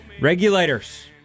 regulators